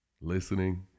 listening